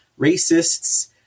racists